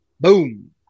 Boom